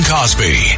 Cosby